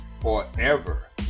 forever